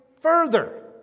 further